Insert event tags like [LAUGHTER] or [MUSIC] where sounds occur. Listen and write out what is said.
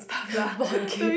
[BREATH] board game